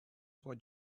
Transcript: what